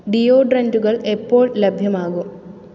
ഡിയോഡ്രൻറ്റുകൾ എപ്പോൾ ലഭ്യമാകും